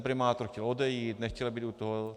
Primátor chtěl odejít, nechtěl být u toho.